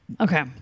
Okay